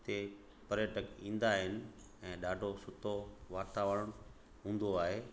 हिते पर्यटक ईंदा आहिनि ऐं ॾाढो सुठो वातावरणु हूंदो आहे